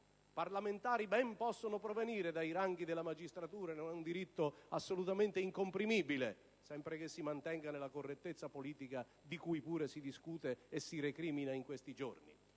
I parlamentari ben possono provenire dai ranghi della magistratura; è un diritto assolutamente incomprimibile, sempre che si mantenga nella correttezza politica di cui pure si discute e si recrimina in questi giorni.